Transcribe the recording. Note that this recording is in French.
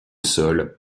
sol